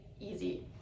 easy